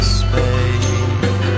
space